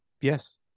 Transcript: Yes